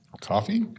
Coffee